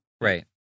Right